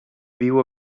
viu